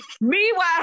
meanwhile